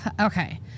Okay